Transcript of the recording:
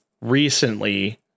recently